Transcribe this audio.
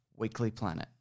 weeklyplanet